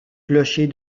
clochers